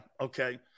okay